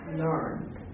learned